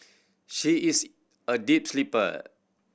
she is a deep sleeper